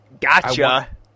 Gotcha